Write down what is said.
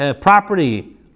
property